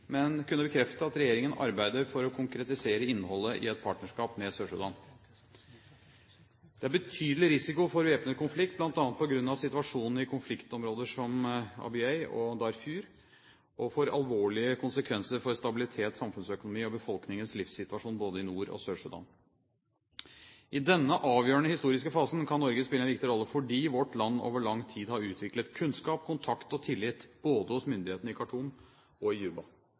men kunne bekrefte at «regjeringen arbeider for å konkretisere innholdet i et partnerskap med Sør-Sudan». Det er betydelig risiko for væpnet konflikt, bl.a. på grunn av situasjonen i konfliktområder som Abyei og Darfur og for alvorlige konsekvenser for stabilitet, samfunnsøkonomi og befolkningens livssituasjon både i Nord- og Sør-Sudan. I denne avgjørende historiske fasen kan Norge spille en viktig rolle, fordi vårt land over lang tid har utviklet kunnskap, kontakt og tillit både hos myndighetene i Khartoum og i Juba.